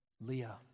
Leah